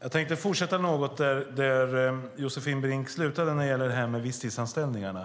Jag tänkte fortsätta där Josefin Brink slutade när det gäller visstidsanställningarna.